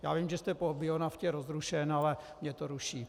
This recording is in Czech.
Já vím, že jste po bionaftě rozrušen, ale mě to ruší.